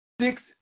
Six